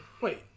Wait